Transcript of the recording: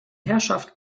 herrschaft